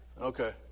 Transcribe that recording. Okay